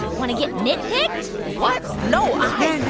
want to get nitpicked? what? no hey,